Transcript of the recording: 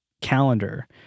calendar